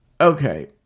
Okay